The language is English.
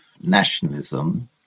nationalism